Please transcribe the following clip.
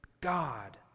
God